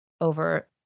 over